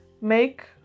make